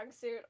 suit